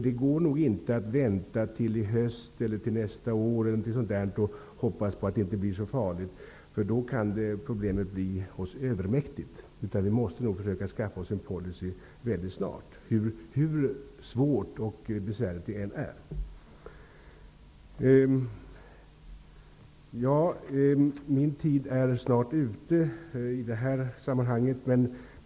Det går nog inte att vänta till i höst eller till nästa år och hoppas på att det inte kommer att bli så farligt. I så fall kan problemet bli oss övermäktigt. Hur svårt och besvärligt det än är, måste vi nog mycket snart försöka skaffa oss en policy. Min tid är i det här sammanhanget snart ute.